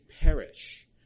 perish